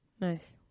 Nice